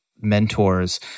mentors